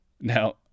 Now